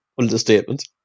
Understatement